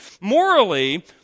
Morally